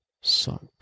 sucked